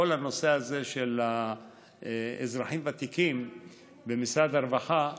כל הנושא הזה של אזרחים ותיקים במשרד הרווחה,